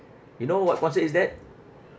you know what concert is that